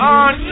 on